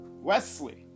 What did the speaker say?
Wesley